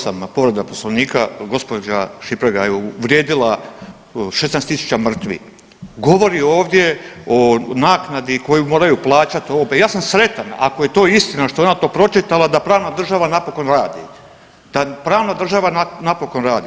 238., povreda Poslovnika, gospođa Šipraga je uvrijedila 16.000 mrtvih, govori ovdje o naknadi koju moraju plaćati ovo, pa ja sam sretan ako je to istina što je ona to pročitala, da pravna država napokon radi, da pravna država napokon radi.